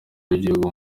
w’igihugu